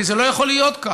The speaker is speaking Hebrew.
כי זה לא יכול להיות כך.